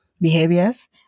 behaviors